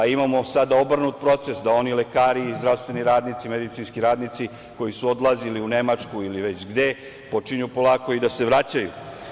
Sada imamo obrnut proces da oni lekari, zdravstveni radnici, medicinski radnici koji su odlazili u Nemačku, ili već gde, počinju polako da se vraćaju.